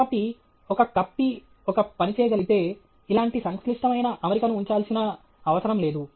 కాబట్టి ఒక 'కప్పి' ఒక పని చేయగలిగితే ఇలాంటి సంక్లిష్టమైన అమరికను ఉంచాల్సిన అవసరం లేదు